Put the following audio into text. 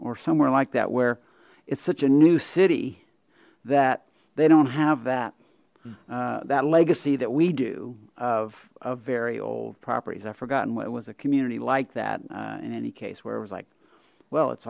or somewhere like that where it's such a new city that they don't have that that legacy that we do of a very old properties i've forgotten what it was a community like that in any case where it was like well it's